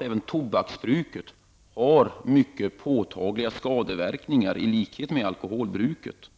Även tobaksbruket har ju mycket påtagliga skadeverkningar, i likhet med alkoholbruket.